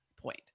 point